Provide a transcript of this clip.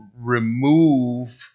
remove